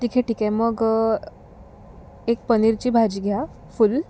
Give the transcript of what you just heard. ठीक आहे ठीक आहे मग एक पनीरची भाजी घ्या फुल